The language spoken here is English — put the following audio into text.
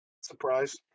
Surprise